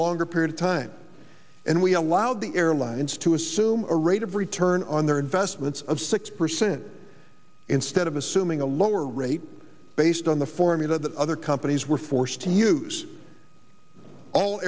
longer period time and we allowed the airlines to assume a rate of return on their investments of six percent instead of assuming a lower rate based on the formula that other companies were forced to use all